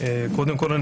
קודם כול,